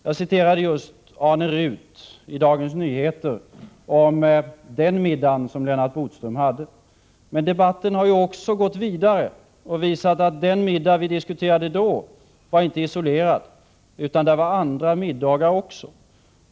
Jag citerade just Arne Ruth i Dagens Nyheter om den middag som Lennart Bodström hade. Men debatten har också gått vidare och visat att den middag vi diskuterade då inte var isolerad, utan det förekom andra middagar också.